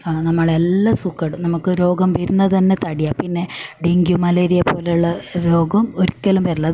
ആ നമ്മളെല്ലാ സൂക്കേടും നമുക്ക് രോഗം വരുന്നത് തന്നെ തടയാം പിന്നെ ഡെങ്കി മലേറിയ പോലുള്ള രോഗം ഒരിക്കലും വരില്ല